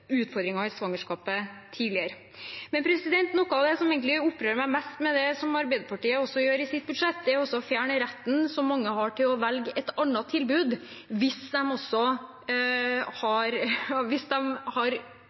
det som egentlig opprører meg mest med det som Arbeiderpartiet gjør i sitt budsjett, er å fjerne retten som mange har til å velge et annet tilbud hvis de har lyst til å velge et privat tilbud. Hvorfor har